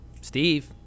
Steve